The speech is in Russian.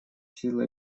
силы